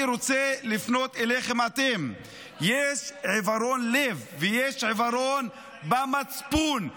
אני רוצה לפנות אליכם: יש עיוורון לב ויש עיוורון במצפון.